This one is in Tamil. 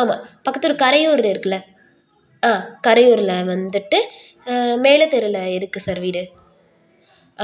ஆமாம் பக்கத்தில் கரையூர் இருக்கில்ல ஆ கரையூரில் வந்துட்டு மேல தெருவில் இருக்குது சார் வீடு